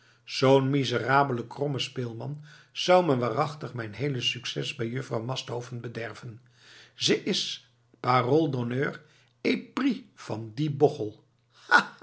zoo'n miserabele kromme speelman zou me waarachtig mijn heele succes bij juffrouw masthoven bederven ze is parole d'honneur épris van dien bochel